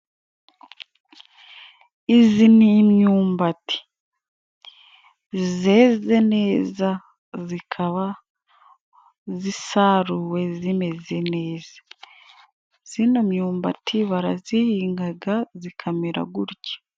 Izi ni imyumbati. Zeze neza, zikaba zisaruwe zimeze neza. Zino myumbati barazihingaga, zikamera gutya.